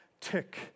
tick